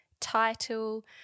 title